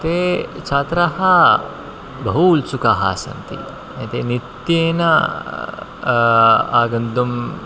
ते छात्राः बहु उत्सुकाः सन्ति ते नित्येन आगन्तुं